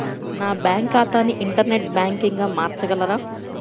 నా బ్యాంక్ ఖాతాని ఇంటర్నెట్ బ్యాంకింగ్గా మార్చగలరా?